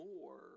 more